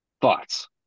Thoughts